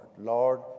Lord